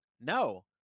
No